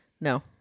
No